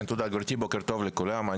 תודה רבה, בוקר טוב לכולם.